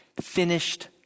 finished